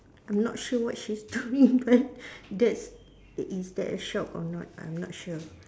I'm not sure what she's doing but that's it is that a shop or not I'm not sure